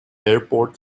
airport